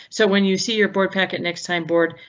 so when you see your board packet next time board,